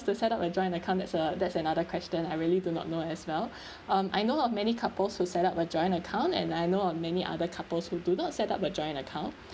to set up a joint account that's a that's another question I really do not know as well um I know lot of many couples who set up a joint account and I know of many other couples who do not set up a joint account